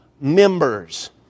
members